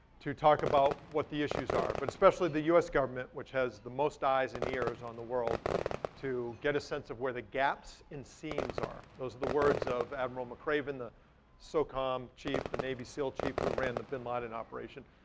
to talk about what the issues are. but especially the us government which has the most eyes and ears on the world to get a sense of where the gaps and seams are. those are the words of admiral mcraven, the socom chief, the navy seal chief who ran the bin laden operation,